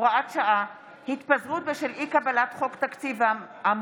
הוראת שעה) (התפזרות בשל אי-קבלת חוק תקציב והמועד